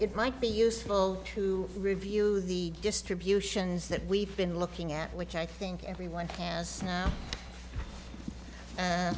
might be useful to review the distributions that we've been looking at which i think everyone has a